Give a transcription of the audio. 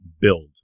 build